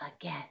again